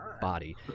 body